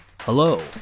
Hello